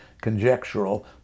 Conjectural